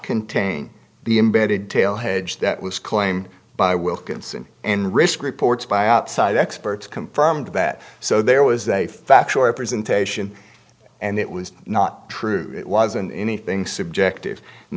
contain the embedded tale hedge that was claimed by wilkinson and risk reports by outside experts confirmed that so there was a factual representation and it was not true it wasn't anything subjective and